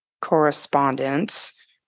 correspondence